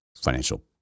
financial